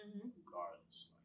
regardless